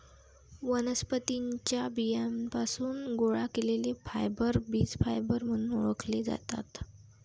वनस्पतीं च्या बियांपासून गोळा केलेले फायबर बीज फायबर म्हणून ओळखले जातात